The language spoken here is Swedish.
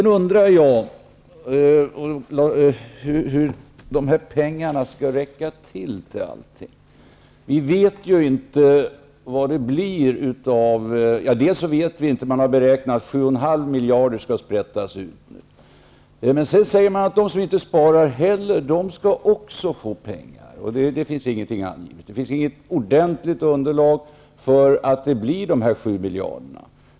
Nu undrar jag hur de här pengarna skall räcka till allting. 7,5 miljarder skall sprättas ut nu. Men sedan säger man att de som inte sparar också skall få pengar. Det finns inget ordentligt underlag för att det blir de här 7,5 miljarderna.